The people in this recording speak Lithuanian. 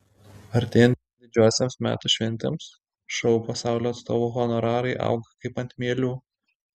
artėjant didžiosioms metų šventėms šou pasaulio atstovų honorarai auga kaip ant mielių